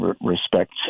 respect